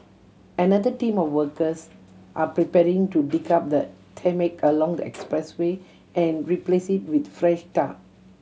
another team of workers are preparing to dig up the tarmac along the expressway and replace it with fresh tar